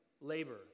labor